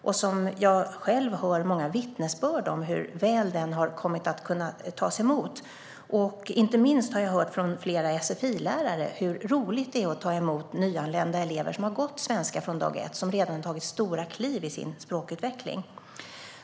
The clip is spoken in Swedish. Jag hör själv många vittnesmål om hur väl den har kunnat tas emot. Inte minst har jag hört från flera sfi-lärare hur roligt det är att ta emot nyanlända elever som har gått Svenska från dag ett och redan tagit stora kliv i sin språkutveckling.